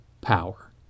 power